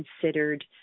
considered